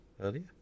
earlier